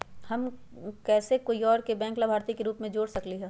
हम कैसे कोई और के बैंक लाभार्थी के रूप में जोर सकली ह?